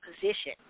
position